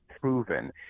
proven